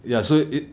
ya so it